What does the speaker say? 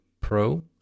Pro